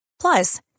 Plus